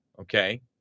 okay